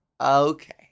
Okay